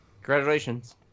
Congratulations